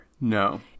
No